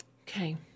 Okay